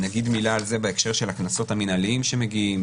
נגיד מילה על זה בהקשר של הקנסות המינהליים שמגיעים,